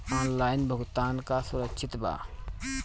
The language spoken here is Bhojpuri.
ऑनलाइन भुगतान का सुरक्षित बा?